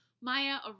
Maya